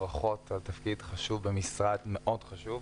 ברכות על תפקיד חשוב במשרד מאוד חשוב.